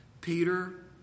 Peter